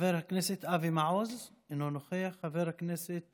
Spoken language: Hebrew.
חבר הכנסת אבי מעוז, אינו נוכח, חבר הכנסת